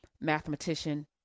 mathematician